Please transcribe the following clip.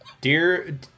Dear